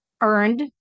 earned